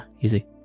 easy